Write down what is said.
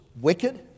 wicked